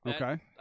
Okay